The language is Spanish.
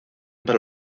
para